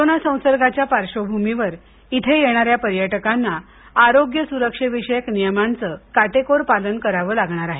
corona संसर्गाच्या पार्श्वभूमीवर इथे येणाऱ्या पर्यटकांना आरोग्य सुरक्षेविषयक नियमांचं काटेकोर पालन करावं लागणार आहे